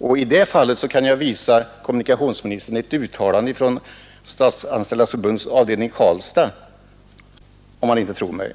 Och i det fallet kan jag visa kommunikationsministern ett uttalande från Statsanställdas förbunds avdelning i Karlstad, om han inte tror mig.